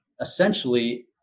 Essentially